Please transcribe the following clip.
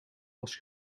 was